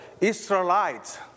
Israelites